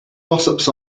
gossips